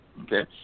okay